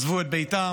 עזבו את ביתם,